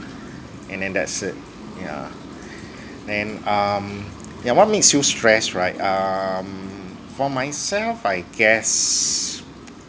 and then that's it yeah and um yeah makes you stressed like um for myself I guess